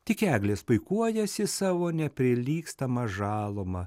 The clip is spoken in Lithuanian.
tik eglės puikuojasi savo neprilygstama žaluma